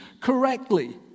correctly